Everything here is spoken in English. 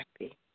happy